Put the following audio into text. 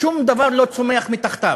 שום דבר לא צומח מתחתיו.